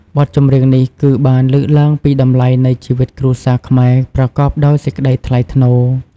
បទចម្រៀងនេះគឺបានលើកឡើងពីតម្លៃនៃជីវិតគ្រួសារខ្មែរប្រកបដោយសេចក្តីថ្លៃថ្នូរ។